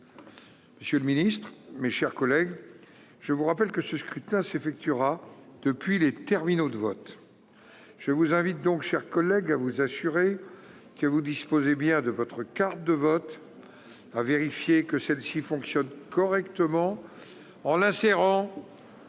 avis n° 122). Mes chers collègues, je vous rappelle que ce scrutin s'effectuera depuis les terminaux de vote. Je vous invite donc à vous assurer que vous disposez bien de votre carte de vote et à vérifier que celle-ci fonctionne correctement en l'insérant